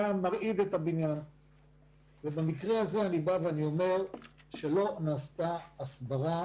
מרעיד את הבניין ובמקרה הזה אני אומר שלא נעשתה הסברה